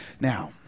Now